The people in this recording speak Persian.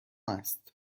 است